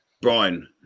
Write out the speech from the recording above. Brian